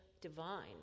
divine